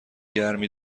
گرمی